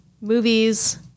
Movies